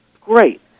great